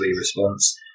response